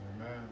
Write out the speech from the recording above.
Amen